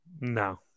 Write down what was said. No